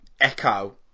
echo